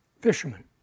fishermen